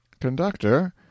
Conductor